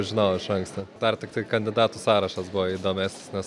žinojau iš anksto dar tiktai kandidatų sąrašas buvo įdomesnis nes